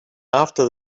after